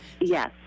Yes